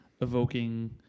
evoking